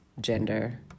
gender